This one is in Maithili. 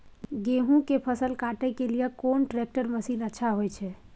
गेहूं के फसल काटे के लिए कोन ट्रैक्टर मसीन अच्छा होय छै?